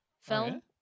film